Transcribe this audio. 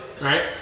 right